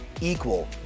equal